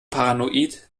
paranoid